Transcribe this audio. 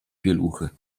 pieluchy